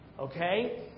okay